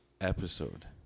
episode